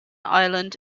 ireland